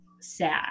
sad